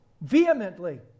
vehemently